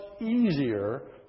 easier